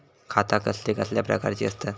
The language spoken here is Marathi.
खाते कसल्या कसल्या प्रकारची असतत?